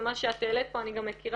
ומה שאת העלית פה אני גם מכירה